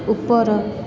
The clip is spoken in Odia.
ଉପର